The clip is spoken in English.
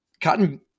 Cotton